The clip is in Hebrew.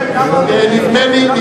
אין נמנעים.